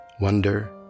wonder